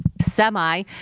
Semi